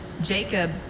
Jacob